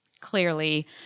clearly